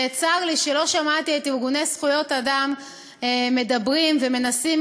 וצר לי שלא שמעתי את ארגוני זכויות האדם מדברים ומנסים